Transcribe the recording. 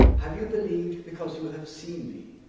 have you believed because we have seen me?